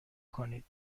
کنید